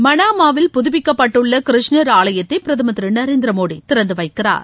மனாமாவில் புதப்பிக்கப்பட்டுள்ள கிருஷ்ணர் ஆலயத்தை பிரதமர் திரு நரேந்திர மோடி திறந்து வைக்கிறார்